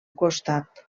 costat